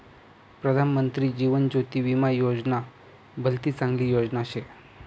प्रधानमंत्री जीवन ज्योती विमा योजना भलती चांगली योजना शे